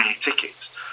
tickets